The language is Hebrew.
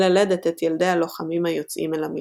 ללדת את ילדי הלוחמים היוצאים אל המלחמה.